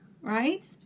right